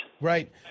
Right